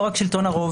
היא לא רק שלטון הרב,